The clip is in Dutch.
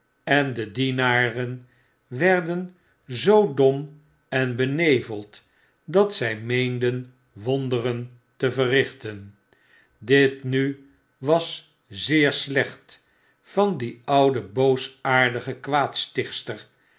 en de dienaren werden zoo dom en beneveld dat zy meenden wonderen te verrichten dit nu was zeer slecht van die oude